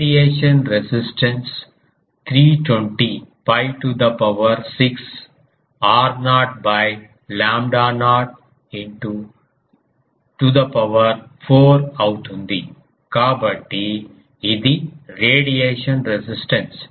radiation resistance 320 𝛑 to the power 6 r0 lambda naught to the power 4 అవుతుంది కాబట్టి ఇది radiation resistance